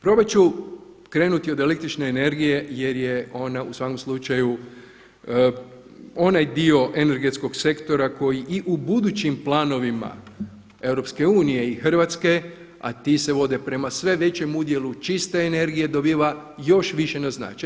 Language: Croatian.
Probat ću krenuti od električne energije jer je ona u svakom slučaju onaj dio energetskog sektora koji i u budućim planovima EU i Hrvatske, a ti se vode prema sve većem udjelu čiste energije dobiva još više na značaju.